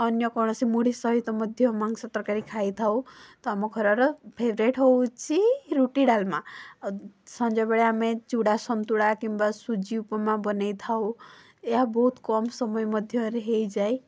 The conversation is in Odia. ଅନ୍ୟ କୌଣସି ମୁଢ଼ି ସହିତ ମଧ୍ୟ ମାଂସ ତରକାରୀ ଖାଇ ଥାଉ ତ ଆମ ଘରର ଫେବରେଟ୍ ହଉଛି ରୁଟି ଡାଲମା ସଞ୍ଜବେଳେ ଆମେ ଚୁଡ଼ା ସନ୍ତୁଳା କିମ୍ବା ସୁଜି ଉପମା ବନେଇ ଥାଉ ଏହା ବହୁତ କମ ସମୟ ମଧ୍ୟରେ ହେଇଯାଏ